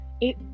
It-